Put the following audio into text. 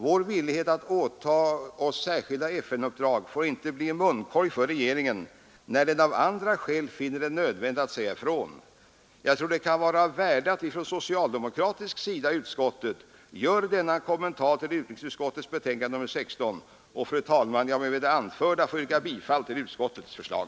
Vår villighet att åtaga oss särskilda FN-uppdrag får inte bli en munkorg för regeringen, när den av andra skäl finner det nödvändigt att säga ifrån. Jag tror det kan vara av värde att vi från socialdemokratisk sida i utskottet gör denna kommentar till utrikesutskottets betänkande nr 16. Fru talman! Med det anförda ber jag att få yrka bifall till utskottets förslag.